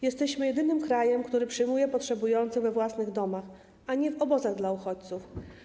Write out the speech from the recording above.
Jesteśmy jedynym krajem, który przyjmuje potrzebujących we własnych domach, a nie w obozach dla uchodźców.